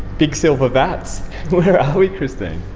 big silver vats. where are we, christine?